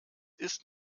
ist